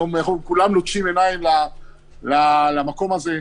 היום כולם לוטשים עיניים למקום זה.